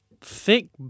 Thick